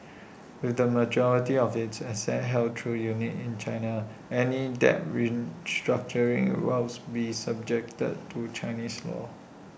with the majority of its assets held through units in China any debt restructuring will be subject to Chinese law